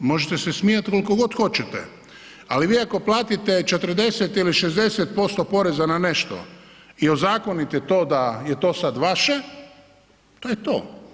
Možete se smijati koliko god hoćete, ali vi ako platite 40 ili 60% porezna na nešto i ozakonite to da je to sad vaše, to je to.